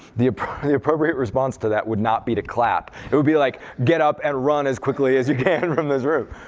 the appropriate appropriate response to that would not be to clap. it would be like, get up and run as quickly as you can from this room.